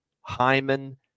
Hyman